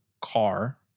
car